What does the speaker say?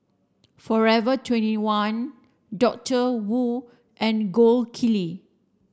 forever twenty one Doctor Wu and Gold Kili